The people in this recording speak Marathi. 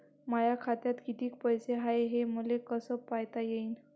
माया खात्यात कितीक पैसे हाय, हे मले कस पायता येईन?